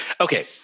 Okay